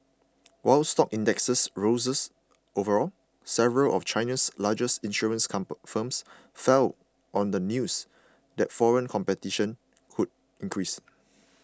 while stock indexes rose overall several of China's largest insurance firms fell on the news that foreign competition could increase